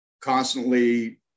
constantly